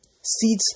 Seeds